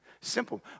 Simple